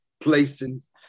places